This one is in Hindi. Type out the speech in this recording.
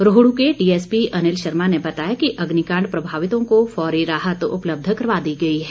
रोहडू के डीएसपी अनिल शर्मा ने बताया कि अग्निकांड प्रभावितों को फौरी राहत उपलब्ध करवा दी गई है